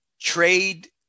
trade